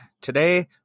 Today